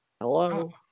Hello